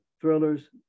thrillers